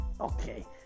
okay